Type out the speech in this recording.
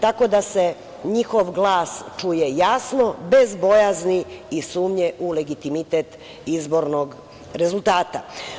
Tako da se njihov glas čuje jasno, bez bojazni i sumnje u legitimitet izbornog rezultata.